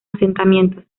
asentamientos